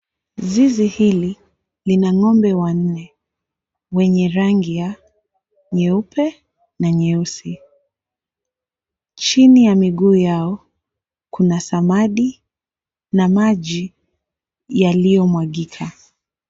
Zizi hili lina ng'ombe wanne mwenye rangi ya nyeupe na nyeusi. Chini ya miguu yao kuna samadi na maji yaliyomwagika.